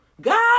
God